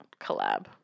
collab